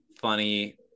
funny